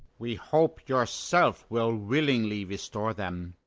we hope yourself will willingly restore them.